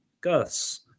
Gus